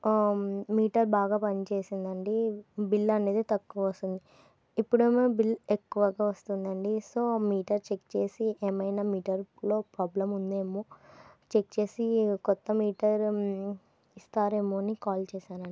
metre బాగా పనిచేసిందండి bill అనేది తక్కువ వస్తుంది ఇప్పుడేమో బిల్ ఎక్కువగా వస్తుందండి సో మీటర్ చెక్ చేసి ఏమైనా మీటర్లో ప్రాబ్లమ్ ఉందేమో చెక్ చేసి కొత్త మీటర్ ఇస్తారేమో అని కాల్ చేశానండి